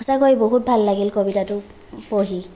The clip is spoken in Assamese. সঁচাকৈ বহুত ভাল লাগিল কবিতাটো পঢ়ি